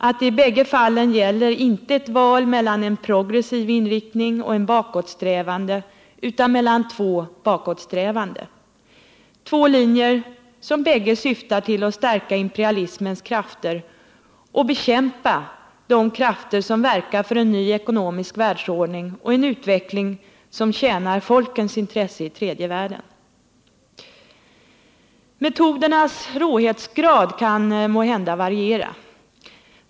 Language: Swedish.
Man bör också slå fast att det inte gäller ett val mellan en progressiv inriktning och en bakåtsträvande, utan mellan två bakåtsträvande, två linjer som bägge syftar till att stärka imperialismens krafter och bekämpa de krafter som verkar för en ny ekonomisk världsordning och en utveckling som tjänar de intressen som omfattas av folken i den tredje världen. Metodernas råhetsgrad kan måhända variera.